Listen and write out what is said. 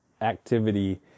activity